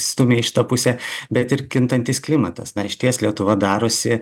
stumia į šitą pusę bet ir kintantis klimatas na ir išties lietuva darosi